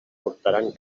portaran